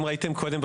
אם ראיתם קודם,